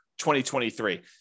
2023